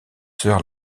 sœurs